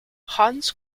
hans